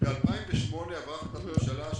ב-2008 עברה החלטת ממשלה.